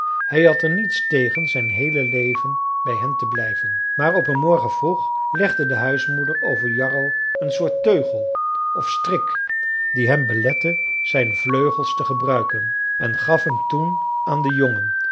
hij had er niets tegen zijn heele leven bij hen te blijven maar op een morgen vroeg legde de huismoeder over jarro een soort teugel of strik die hem belette zijn vleugels te gebruiken en gaf hem toen aan den jongen